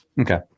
Okay